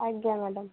ଆଜ୍ଞା ମ୍ୟାଡ଼ାମ